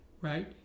right